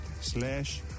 slash